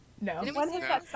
No